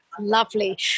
Lovely